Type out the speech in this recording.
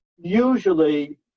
usually